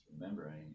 remembering